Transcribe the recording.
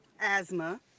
asthma